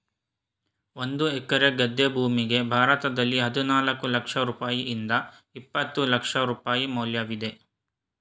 ಒಂದು ಎಕರೆ ಗದ್ದೆ ಭೂಮಿಗೆ ಭಾರತದಲ್ಲಿ ಹದಿನಾರು ಲಕ್ಷ ರೂಪಾಯಿಯಿಂದ ಇಪ್ಪತ್ತು ಲಕ್ಷ ರೂಪಾಯಿ ಮೌಲ್ಯವಿದೆ